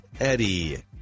Eddie